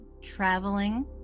traveling